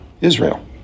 Israel